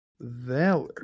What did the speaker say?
Valor